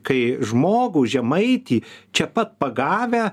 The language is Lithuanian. kai žmogų žemaitį čia pat pagavę